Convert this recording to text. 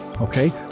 Okay